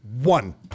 one